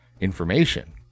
information